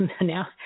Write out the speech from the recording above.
now